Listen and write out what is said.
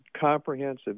comprehensive